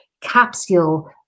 capsule